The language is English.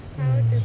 mm